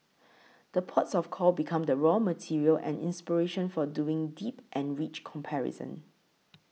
the ports of call become the raw material and inspiration for doing deep and rich comparison